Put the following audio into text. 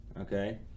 okay